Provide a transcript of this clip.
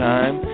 Time